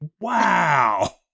wow